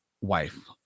wife